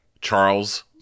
Charles –